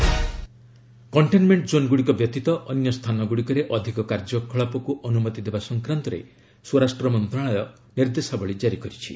new guidelines containment ଜୋନ୍ଗୁଡ଼ିକ ବ୍ୟତୀତ ଅନ୍ୟ ସ୍ଥାନଗୁଡ଼ିକରେ ଅଧିକ କାର୍ଯ୍ୟକଳାପକୁ ଅନୁମତି ଦେବା ସଂକ୍ରାନ୍ତରେ ସ୍ୱରାଷ୍ଟ୍ର ମନ୍ତ୍ରଣାଳୟ ନିର୍ଦ୍ଦେଶାବଳୀ ଜାରି କରିଛି